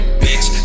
bitch